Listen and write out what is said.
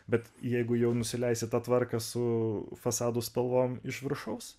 bet jeigu jau nusileisi tą tvarką su fasado spalvom iš viršaus